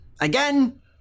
again